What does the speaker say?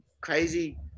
crazy